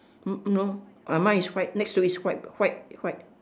hmm no mine is white next to it is white white white